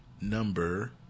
number